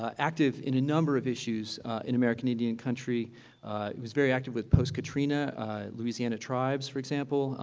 ah active in a number of issues in american indian country. he was very active with post-katrina louisiana tribes, for example,